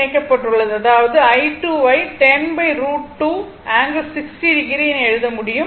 அதாவது i2 ஐ 10√ 2 ∠60o என எழுத முடியும்